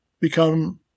become